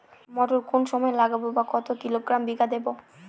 মটর কোন সময় লাগাবো বা কতো কিলোগ্রাম বিঘা দেবো?